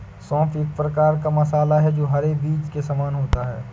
सौंफ एक प्रकार का मसाला है जो हरे बीज के समान होता है